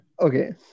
Okay